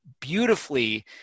beautifully